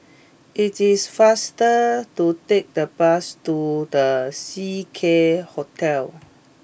it is faster to take the bus to The Seacare Hotel